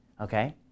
okay